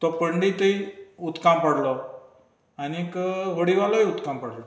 तो पंडितूय उदकांत पडलो आनीक व्होडिवालोय उदकांत पडलो